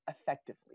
effectively